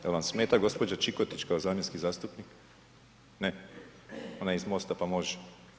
Jel vam smeta gospođa Čikotić kao zamjenski zastupnik, ne, ona je iz MOST-a pa može.